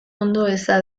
ondoeza